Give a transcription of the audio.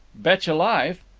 betcha life!